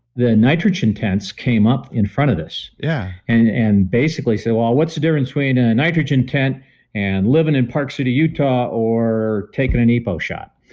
the nitrogen tents came up in front of this yeah and and basically say, well what's the difference between a nitrogen tent and living in park city, utah or taking an epo shot?